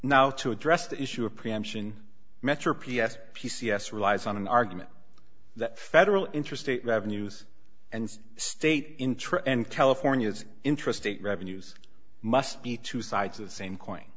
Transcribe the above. now to address the issue of preemption metro p c s p c s relies on an argument that federal interstate revenues and state interest and california's interested revenues must be two sides of the same coin